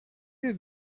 you